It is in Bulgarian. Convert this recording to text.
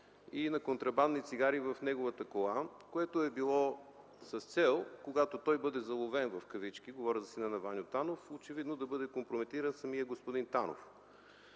и на контрабандни цигари в неговата кола, което е било с цел, когато бъде „заловен” – говоря за сина на Ваньо Танов, очевидно да бъде компрометиран самият господин Танов.